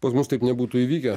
pas mus taip nebūtų įvykę